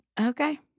okay